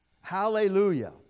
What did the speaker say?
Hallelujah